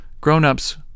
Grown-ups